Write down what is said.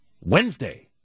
Wednesday